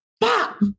pop